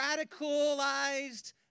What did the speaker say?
radicalized